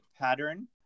pattern